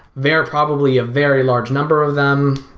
they're probably a very large number of them,